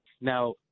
Now